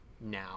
now